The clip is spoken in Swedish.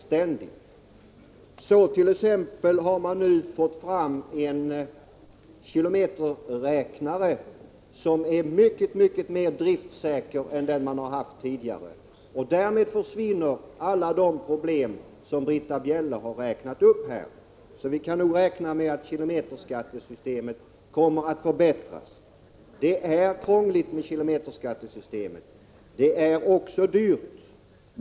Så har man nu t.ex. fått fram en kilometerräknare som är mycket mer driftsäker än den man har haft tidigare, och därmed försvinner alla de problem som Britta Bjelle har räknat upp här. Vi kan nog räkna med att kilometerskattesystemet kommer att förbättras. Det är krångligt med kilometerskattesystemet. Det är också dyrt.